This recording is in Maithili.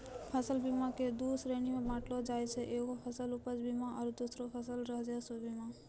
फसल बीमा के दु श्रेणी मे बाँटलो जाय छै एगो फसल उपज बीमा आरु दोसरो फसल राजस्व बीमा